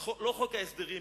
לא חוק ההסדרים